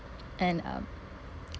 and um